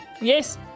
Yes